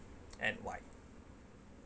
and why